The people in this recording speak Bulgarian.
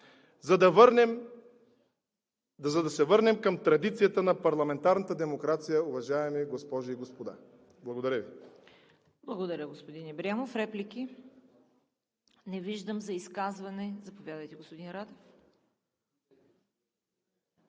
за да се върнем към традицията на парламентарната демокрация, уважаема госпожи и господа. Благодаря Ви. ПРЕДСЕДАТЕЛ ЦВЕТА КАРАЯНЧЕВА: Реплики? Не виждам. За изказване? Заповядайте, господин Радев.